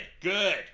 good